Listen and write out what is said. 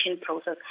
process